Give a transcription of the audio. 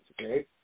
okay